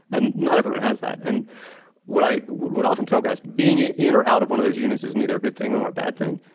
and not everyone has that. and what i would often tell guys, being in or out of and those units is neither a good thing or a bad thing.